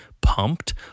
pumped